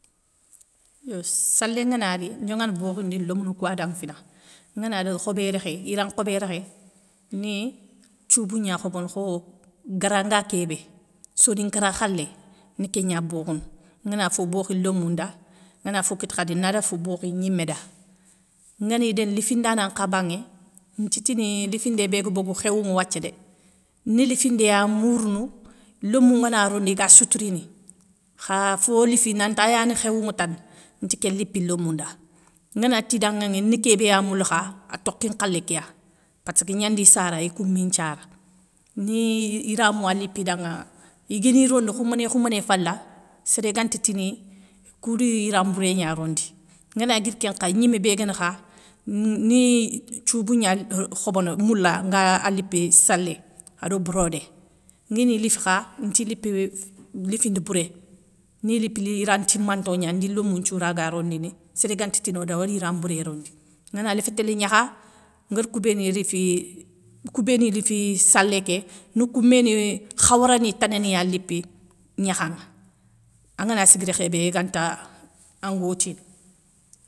Yo salé ngana ri, ndioŋa bokhindini lomounou kou ya da ŋa fina. Ngana daga khobérékhé, yiran nkhobé rékhé, ni thioubou gna khobono kho garan nga kébé, soninkara khalé, ni kégna bokhounou, ngana fo boukhou lomou nda, ngana fo kita khadi na daga fobkhi gnimé da. Ngani dénni lifindana nkha banŋé, ntitini lifindé bégue bogou khéwou ŋa wathia dé, ni lifindé ya mourounou lomou ngana rondi iga soutourini, kha fo lifi nanti ayani khéwou ŋa tane nti ké lipi lémou nda ngana ti danŋaŋé ni kébé ya moula kha atokhi nkhalé ké ya passké gnandi sara ikoumi nthiara ni yiramou ya lipi danŋa iguini rondi khoumbéné khoumbéné fala séré ganti tini koudi yiran mbouré gna rondi ngana guiri kén nkha, gnimé bé gani kha ni thioubou gna khobono moula nga a lipi salé ado brodé, nguéni lifi kha, nti lipi lifindi bouré, ni lipi yiran timanto gna ndi lémou nthiou raga rondini séré ganti tino da ori yiran mbouré rondi. Ngana léfi téli gnakha ngari kou béni lifi kou béni lifi salé ké ni kou méni khawra ni tana ni ya lipi gnakhaŋa angana sigui rékhé bé iganta an gotini.